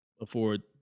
afford